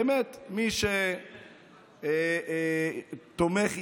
באמת, מי שתומך ואיתנו,